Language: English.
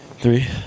Three